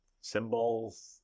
Symbols